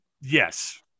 Yes